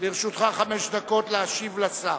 לרשותך חמש דקות להשיב לשר.